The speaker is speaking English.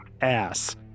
ass